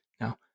Now